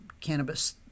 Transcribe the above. cannabis